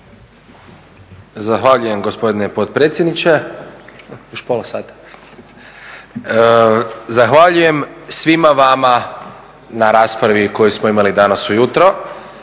Zahvaljujem gospodine potpredsjedniče. Zahvaljujem svima vama na raspravi koju smo imali danas ujutro.